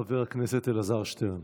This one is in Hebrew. חבר הכנסת אלעזר שטרן.